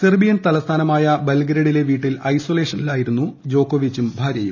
സെർബിയ്ഷ്ട് ത്ലസ്ഥാനമായ ബൽഗ്രേഡിലെ വീട്ടിൽ ഐസൊലേഷനിലായിരുന്നു് ജോക്കോവിച്ചും ഭാര്യയും